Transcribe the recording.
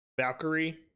valkyrie